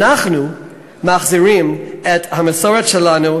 אנחנו מחזירים את המסורת שלנו,